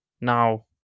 Now